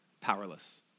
powerless